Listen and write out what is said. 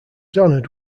honored